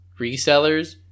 resellers